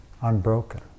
unbroken